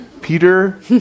Peter